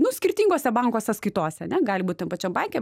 nu skirtingose banko sąskaitose ane gali būt tam pačiam banke